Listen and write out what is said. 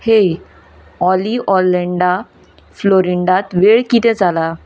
हेय ऑली ऑलँडा फ्लोरिंडात वेळ कितें जाला